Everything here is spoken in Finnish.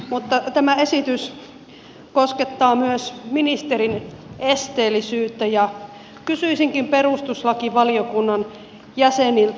mutta tämä esitys koskettelee myös ministerin esteellisyyttä ja kysyisinkin perustuslakivaliokunnan jäseniltä